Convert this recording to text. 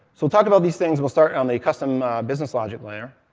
so we'll talk about these things. we'll start on the custom business logic layer.